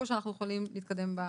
או שאנחנו יכולים להתקדם בהצעה?